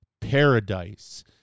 paradise